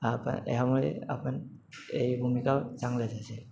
आप ह्यामुळे आपण हे भूमिका चांगल्याच असेल